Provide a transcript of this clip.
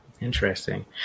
Interesting